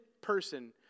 person